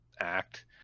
act